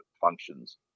functions